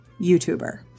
YouTuber